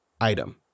item